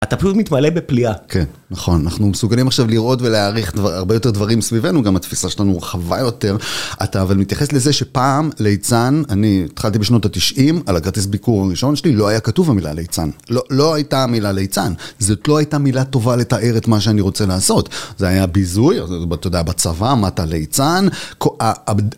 אתה פשוט מתמלא בפליאה. כן, נכון. אנחנו מסוגלים עכשיו לראות ולהעריך הרבה יותר דברים סביבנו, גם התפיסה שלנו רחבה יותר. אתה אבל מתייחס לזה שפעם ליצן, אני התחלתי בשנות ה-90, על הכרטיס ביקור הראשון שלי, לא היה כתוב המילה ליצן. לא הייתה המילה ליצן. זאת לא הייתה מילה טובה לתאר את מה שאני רוצה לעשות. זה היה ביזוי, אתה יודע, בצבא, אמרת ליצן.